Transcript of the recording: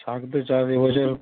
শাক তো চাষ এবছর